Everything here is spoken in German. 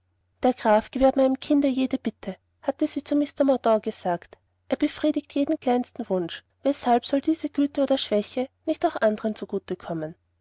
der graf gewährt meinem kinde jede bitte hatte sie zu mr mordaunt gesagt er befriedigt jeden kleinsten wunsch weshalb soll diese güte oder schwäche nicht auch andern zu gute kommen